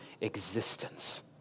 existence